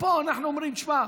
ופה אנחנו אומרים: שמע.